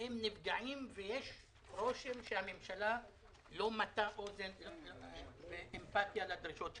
הם נפגעים ויש רושם שהממשלה לא מטה אוזן ואמפתיה לדרישות שלהם.